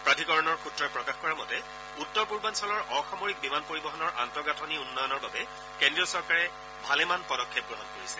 প্ৰাধিকৰণৰ সূত্ৰই প্ৰকাশ কৰা মতে উত্তৰ পূৰ্বাঞ্চলৰ অসামৰিক বিমান পৰিবহণৰ আন্তঃগাঁথনি উন্নয়নৰ বাবে কেন্দ্ৰীয় চৰকাৰে ভালেমান পদক্ষেপ গ্ৰহণ কৰিছে